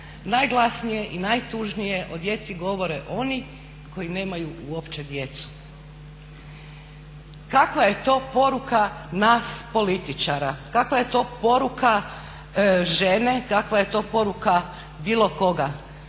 najglasnije i najtužnije o djeci govore oni koji nemaju uopće djecu. Kakva je to poruka nas političara? Kakva je to poruka žene? Kakva je to poruka bilo koga?